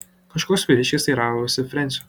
kažkoks vyriškis teiravosi frensio